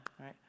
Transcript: right